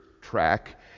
track